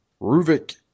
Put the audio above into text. Ruvik